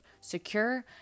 secure